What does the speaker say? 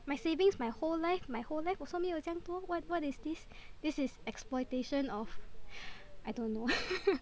my savings my whole life my whole life also 没有这样多 wha~ what is this this is exploitation of I don't know